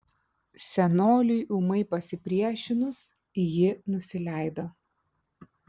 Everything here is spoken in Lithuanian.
senoliui ūmai pasipriešinus ji nusileido